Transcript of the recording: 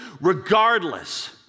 regardless